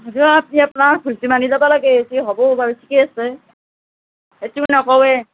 হলেও আপনি আপ্নাৰ ভুলটো মানি লবা লাগে সেইটোৱে হ'ব বাৰু ঠিকে আছে সেইটো নকওঁৱে